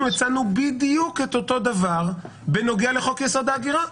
אנחנו הצענו בדיוק את אותו דבר בנוגע לחוק-יסוד: ההגירה.